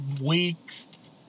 weeks